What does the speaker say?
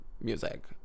music